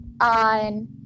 on